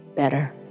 better